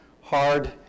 hard